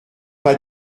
pas